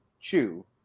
chew